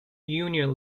union